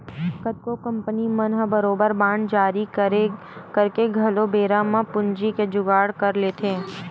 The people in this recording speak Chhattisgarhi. कतको कंपनी मन ह बरोबर बांड जारी करके घलो बेरा म पूंजी के जुगाड़ कर लेथे